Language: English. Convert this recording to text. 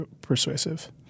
persuasive